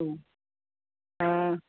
औ दा